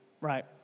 right